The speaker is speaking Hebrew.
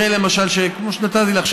למשל במקרה כמו שנתתי לך,